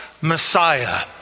Messiah